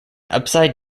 upside